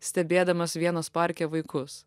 stebėdamas vienas parke vaikus